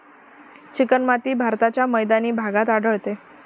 चिकणमाती भारताच्या मैदानी भागात आढळते